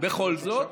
בכל זאת?